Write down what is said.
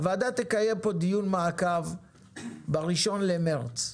הוועדה תקיים פה דיון מעקב ב-1 במרץ,